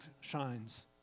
shines